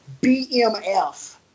BMF